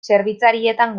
zerbitzarietan